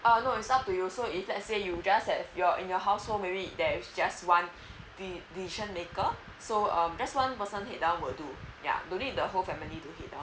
uh no it's up to you so if let's say you just have your in your household maybe there just one de~ decision maker so um just one person head down will do doesn't need the whole family to head down